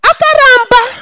Akaramba